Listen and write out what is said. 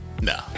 No